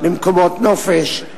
במקומות נופש,